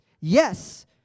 Yes